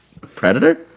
Predator